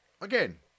Again